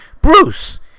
Bruce